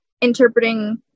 interpreting